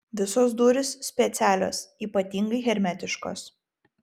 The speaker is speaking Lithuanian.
visos durys specialios ypatingai hermetiškos